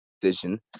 decision